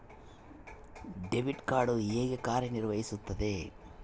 Debit card ಹೇಗೆ ಕಾರ್ಯನಿರ್ವಹಿಸುತ್ತದೆ?